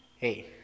Hey